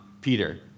Peter